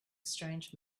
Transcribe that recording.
strange